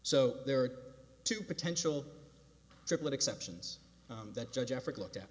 so there are two potential triplett exceptions that judge africa looked at